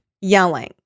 Yelling